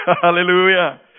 hallelujah